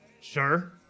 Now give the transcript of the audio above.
Sure